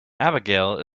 abigail